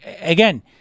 again